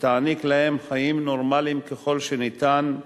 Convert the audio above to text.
שתעניק להם חיים נורמליים ככל שניתן,